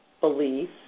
belief